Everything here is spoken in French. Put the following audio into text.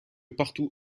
partout